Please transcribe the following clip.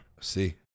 See